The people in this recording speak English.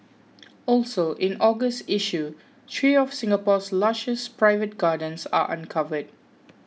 also in August issue three of Singapore's lushest private gardens are uncovered